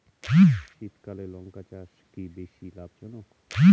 শীতকালে লঙ্কা চাষ কি বেশী লাভজনক?